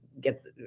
get